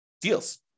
deals